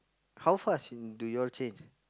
how fast in do y'all change